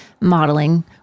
modeling